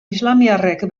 islamiarrek